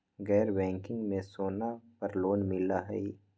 गैर बैंकिंग में सोना पर लोन मिलहई?